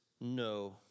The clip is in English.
No